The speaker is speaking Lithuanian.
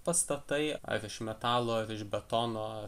pastatai ar iš metalo ar iš betono